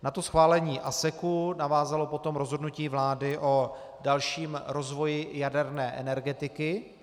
Na schválení ASEKu navázalo potom rozhodnutí vlády o dalším rozvoji jaderné energetiky.